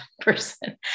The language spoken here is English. person